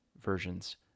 versions